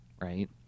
right